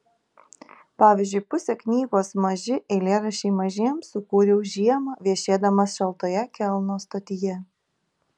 pavyzdžiui pusę knygos maži eilėraščiai mažiems sukūriau žiemą viešėdamas šaltoje kelno stotyje